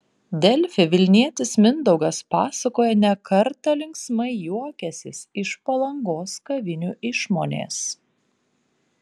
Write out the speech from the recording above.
delfi vilnietis mindaugas pasakoja ne kartą linksmai juokęsis iš palangos kavinių išmonės